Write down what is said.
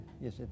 yes